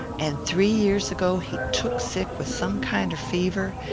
and three years ago he took sick with some kinder fever,